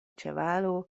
ĉevalo